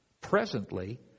presently